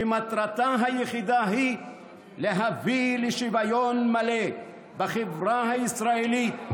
שמטרתה היחידה היא להביא לשוויון מלא בחברה הישראלית.